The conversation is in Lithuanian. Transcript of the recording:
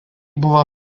buvo